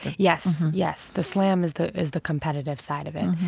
yes, yes. the slam is the is the competitive side of it,